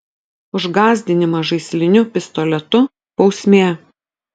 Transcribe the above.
už gąsdinimą žaisliniu pistoletu bausmė